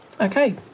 Okay